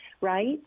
right